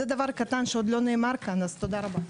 זה דבר קטן שעוד לא נאמר כאן, אז תודה רבה.